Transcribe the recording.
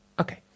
okay